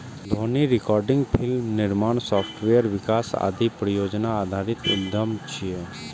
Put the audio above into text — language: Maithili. ध्वनि रिकॉर्डिंग, फिल्म निर्माण, सॉफ्टवेयर विकास आदि परियोजना आधारित उद्यम छियै